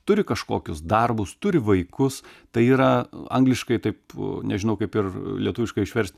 turi kažkokius darbus turi vaikus tai yra angliškai taip nežinau kaip ir lietuviškai išverst